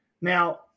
Now